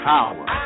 Power